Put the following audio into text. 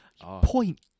Point